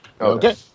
Okay